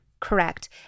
Correct